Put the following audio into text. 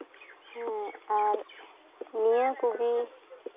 ᱟᱨ ᱱᱤᱭᱟᱹ ᱠᱚᱜᱮ